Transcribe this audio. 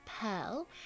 Pearl